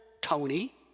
Tony